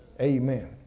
amen